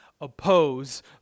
oppose